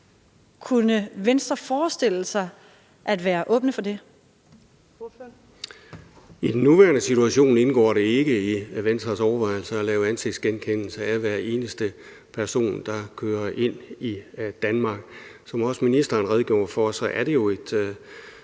Kl. 17:33 Preben Bang Henriksen (V): I den nuværende situation indgår det ikke i Venstres overvejelser at lave ansigtsgenkendelse af hver eneste person, der kører ind i Danmark. Som også ministeren redegjorde for, er det jo et